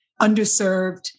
underserved